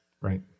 Right